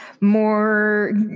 More